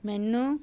ਮੈਨੂੰ